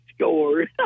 score